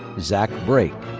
zach brake.